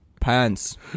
pants